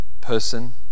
person